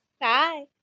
Bye